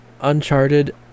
Uncharted